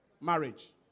Marriage